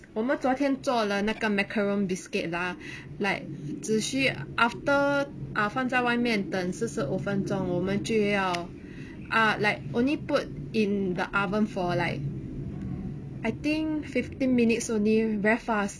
我们昨天做了那个 macarons biscuit ah like 只需 after ah 放在外面等四十五分钟我们就要 ah like only put in the oven for like I think fifteen minutes only very fast